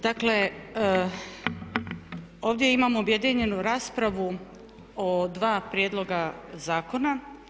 Dakle, ovdje imam objedinjenu raspravu o dva prijedloga zakona.